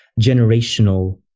generational